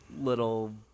little